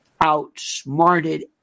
outsmarted